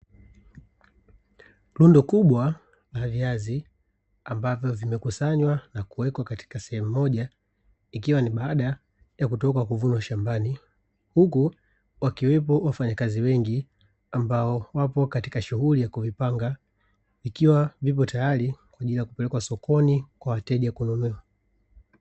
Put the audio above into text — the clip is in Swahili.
Rundo kubwa la viazi ambalo limekusanywa na kuwekwa katika sehemu moja ikiwa ni baada ya kutoka kuvunwa shambani, huku wakiwepo wafanyakazi wengi ambao wapo katika shughuli ya kuvipanga ikiwa vipo tayari kwa ajili ya kupelekwa sokoni kwa wateja kununua.